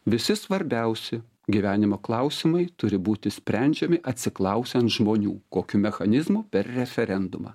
visi svarbiausi gyvenimo klausimai turi būti sprendžiami atsiklausiant žmonių kokiu mechanizmu per referendumą